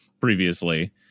previously